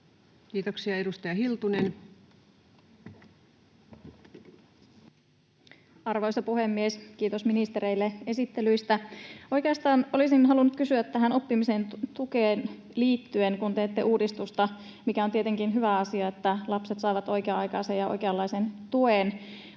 Kiitoksia. — Edustaja Hiltunen. Arvoisa puhemies! Kiitos ministereille esittelyistä. — Oikeastaan olisin halunnut kysyä tähän oppimisen tukeen liittyen, kun teette uudistusta, mikä on tietenkin hyvä asia, että lapset saavat oikea-aikaisen ja oikeanlaisen tuen.